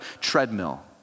treadmill